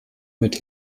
mit